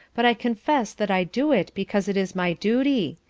but i confess that i do it because it is my duty.